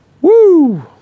Woo